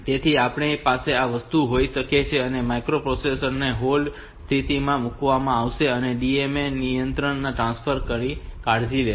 તેથી આપણી પાસે આ વસ્તુ હોઈ શકે છે અને આ માઇક્રોપ્રોસેસર ને હોલ્ડ સ્થિતિમાં મુકવામાં આવશે અને DMA નિયંત્રક આ ટ્રાન્સફર ની કાળજી લેશે